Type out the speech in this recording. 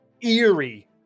eerie